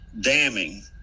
damning